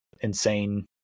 insane